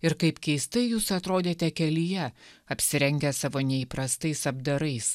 ir kaip keistai jūs atrodėte kelyje apsirengę savo neįprastais apdarais